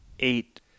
Eight